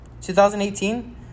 2018